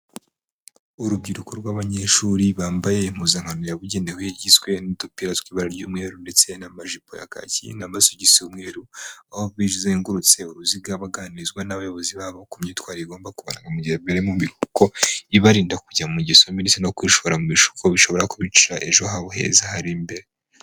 Urubyiruko rw'abanyeshuri bambaye impuzankano yabugenewe, igizwe n'udupira tw'ibara ry'umweru ndetse n'amajipo ya kaki n'amasogisi y'umweru, aho izengurutse uruziga baganirizwa n'abayobozi babo ku myitwarire igomba kubaranga mu gihe bari mu biruhuko, ibarinda kujya mu ngeso mbi ndetse no kwishora mu bishuko bishobora kubicira ejo habo heza hari imbere.